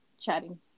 Chatting